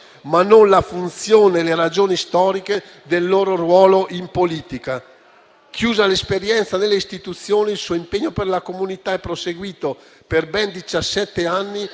finite la funzione e le ragioni storiche del loro ruolo in politica. Chiusa l'esperienza nelle istituzioni, il suo impegno per la comunità è proseguito per ben